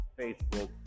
Facebook